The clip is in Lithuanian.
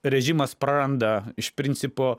režimas praranda iš principo